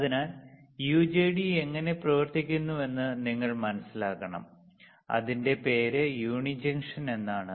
അതിനാൽ യുജെടി എങ്ങനെ പ്രവർത്തിക്കുന്നുവെന്ന് നിങ്ങൾ മനസിലാക്കണം അതിന്റെ പേര് യൂണി ജംഗ്ഷൻ എന്നാണു